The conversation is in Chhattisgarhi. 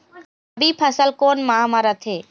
रबी फसल कोन माह म रथे?